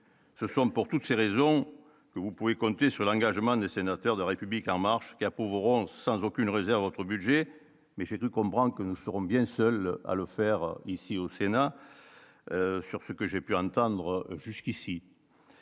ce sont, pour toutes ces raisons que vous pouvez compter sur l'engagement des sénateurs de République en marche qui approuveront sans aucune réserve, votre budget, mais j'ai cru comprendre que nous serons bien seul à le faire ici au Sénat, sur ce que j'ai pu entendre jusqu'ici.